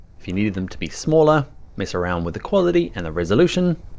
if you needed them to be smaller, mess around with the quality and the resolution,